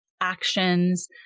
actions